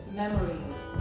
memories